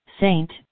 saint